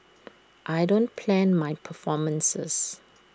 I don't plan my performances